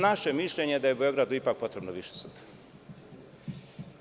Naše mišljenje je da je u Beogradu ipak potrebno više sudova.